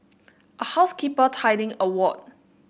a housekeeper tidying a ward